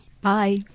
Bye